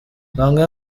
bamwe